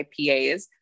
IPAs